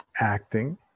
acting